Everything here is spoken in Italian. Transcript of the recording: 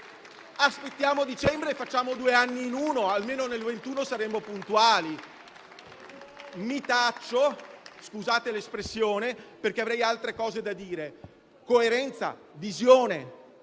Aspettiamo dicembre e facciamo due anni in uno, almeno nel 2021 saremo puntuali! Mi taccio - scusate l'espressione - perché avrei altre cose da dire. Coerenza, visione.